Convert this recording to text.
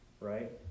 right